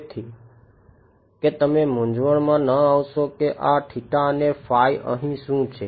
તેથી કે તમે મૂંઝવણમાં ન આવશો કે આ અને અહીં શું છે